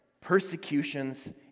persecutions